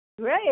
Great